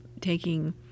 taking